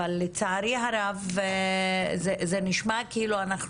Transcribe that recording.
אבל לצערי הרב זה נשמע כאילו אנחנו